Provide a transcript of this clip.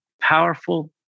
powerful